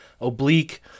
oblique